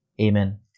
Amen